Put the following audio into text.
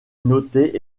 notés